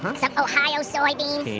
um some ohio soybeans,